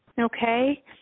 Okay